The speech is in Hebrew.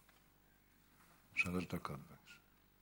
שלוש דקות, בבקשה.